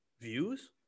views